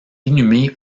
inhumé